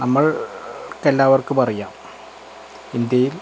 നമ്മൾക്കെല്ലാവർക്കും അറിയാം ഇന്ത്യയിൽ